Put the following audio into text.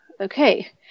okay